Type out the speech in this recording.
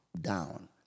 down